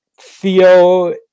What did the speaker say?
Theo